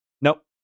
Nope